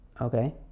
okay